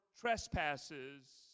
trespasses